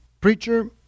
preacher